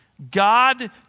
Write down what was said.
God